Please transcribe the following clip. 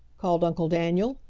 called uncle daniel,